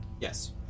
Yes